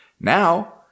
Now